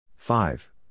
Five